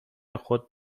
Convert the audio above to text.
خود